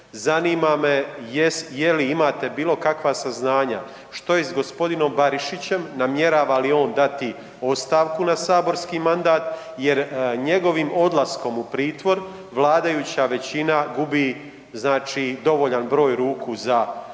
zanima me je li imate bilo kakva saznanja što je s g. Barišićem, namjerava li on dati ostavku na saborski mandat jer njegovim odlaskom u pritvor vladajuća većina gubi znači dovoljan broj ruku za tu većinu.